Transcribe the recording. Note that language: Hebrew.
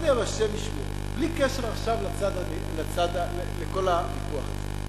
השם ישמור, בלי קשר עכשיו לכל הוויכוח הזה.